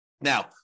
Now